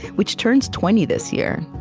which turns twenty this year.